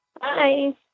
Hi